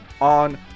on